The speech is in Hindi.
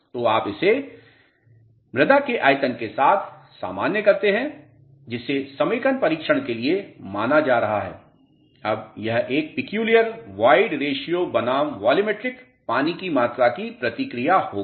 तो आप इसे मृदा के आयतन के साथ सामान्य करते हैं जिसे समेकन परीक्षण के लिए माना जा रहा है अब यह एक ठेठ वोयड रेश्यो बनाम वॉल्यूमेट्रिक पानी की मात्रा की प्रतिक्रिया होगी